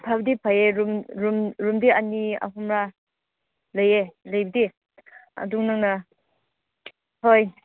ꯐꯕꯨꯗꯤ ꯐꯩꯌꯦ ꯔꯨꯝ ꯔꯨꯝ ꯔꯨꯝꯗꯤ ꯑꯅꯤ ꯑꯍꯨꯝꯔꯥ ꯂꯩꯌꯦ ꯂꯩꯕꯗꯤ ꯑꯗꯨ ꯅꯪꯅ ꯍꯣꯏ